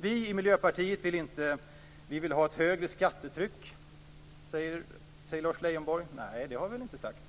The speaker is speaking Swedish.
Vi i Miljöpartiet vill ha ett högre skattetryck, säger Lars Leijonborg. Nej, det har vi inte sagt.